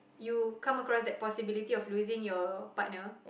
you come across that possibility of losing your partner